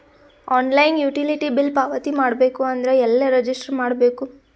Online utility bill ಪಾವತಿ ಮಾಡಬೇಕು ಅಂದ್ರ ಎಲ್ಲ ರಜಿಸ್ಟರ್ ಮಾಡ್ಬೇಕು?